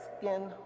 skin